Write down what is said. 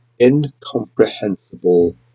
incomprehensible